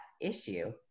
issue